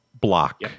block